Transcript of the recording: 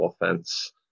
offense